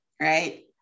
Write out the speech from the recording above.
right